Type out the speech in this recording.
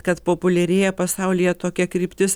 kad populiarėja pasaulyje tokia kryptis